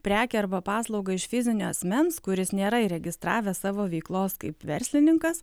prekę arba paslaugą iš fizinio asmens kuris nėra įregistravę savo veiklos kaip verslininkas